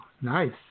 Nice